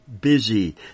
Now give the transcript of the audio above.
busy